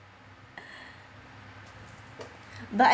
but